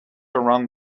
around